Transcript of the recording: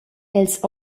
els